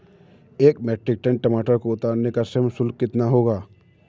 एक metric tonne टमाटर को उतारने का श्रम शुल्क कितना होगा?